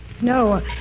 No